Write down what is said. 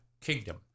Kingdom